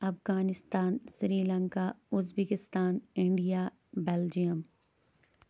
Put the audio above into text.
Afghanistan Sri Lanka Uzbekistan India Belgium